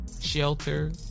shelter